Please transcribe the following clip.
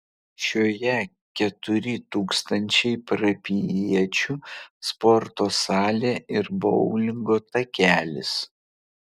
šioje keturi tūkstančiai parapijiečių sporto salė ir boulingo takelis